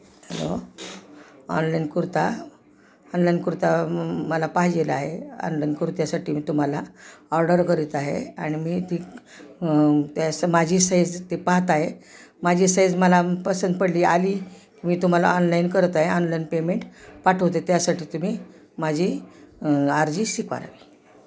hello online kurta online kurta मला पाहिजे आहे ऑनलाईन कुर्त्यासाठी मी तुम्हाला ऑर्डर करीत आहे आणि मी ती त्यां माझी साइज ती पाहात आहे माझी साइझ मला पसंत पडली आली मी तुम्हाला ऑनलाईन करत आ आहे ऑनलाईन पेमेंट पाठवते त्यासाठी तुम्ही माझी आरजी स्वीकारावी